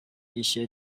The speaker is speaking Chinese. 一些